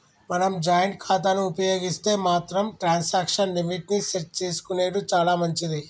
మనం జాయింట్ ఖాతాను ఉపయోగిస్తే మాత్రం ట్రాన్సాక్షన్ లిమిట్ ని సెట్ చేసుకునెడు చాలా మంచిది